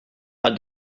had